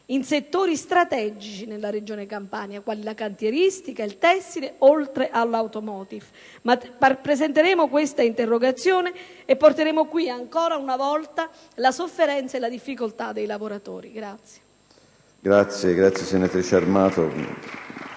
in settori strategici della regione Campania, quali la cantieristica e il tessile, oltre all'*automotive*. La presenteremo e porteremo qui ancora una volta la sofferenza e la difficoltà dei lavoratori.